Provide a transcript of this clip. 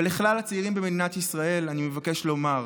ולכלל הצעירים במדינת ישראל, אני מבקש לומר: